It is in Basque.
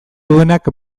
duenak